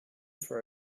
for